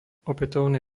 opätovné